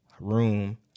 room